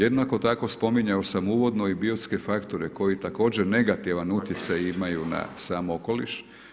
Jednako tako, spominjao sam i uvodno i biotske faktore, koji također negativan utjecaj imaju na sam okoliš.